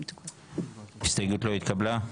ההסתייגות לא התקבלה.